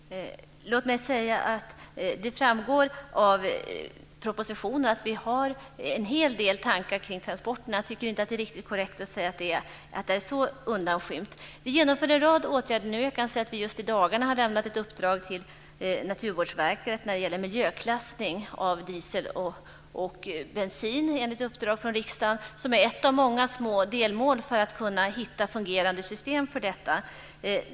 Fru talman! Låt mig säga att det framgår av propositionen att vi har en hel del tankar kring transporterna. Jag tycker inte att det är riktigt korrekt att säga att frågan är så undanskymd. Vi genomför en rad åtgärder. Vi har just i dagarna lämnat ett uppdrag till Naturvårdsverket när det gäller miljöklassning av diesel och bensin, enligt uppdrag från riksdagen, som är ett av många små delmål för att kunna hitta fungerande system för detta.